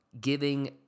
giving